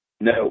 No